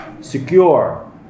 secure